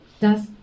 dass